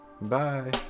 Bye